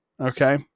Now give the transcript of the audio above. Okay